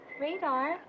Radar